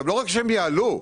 לא רק שהם יעלו,